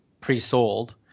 pre-sold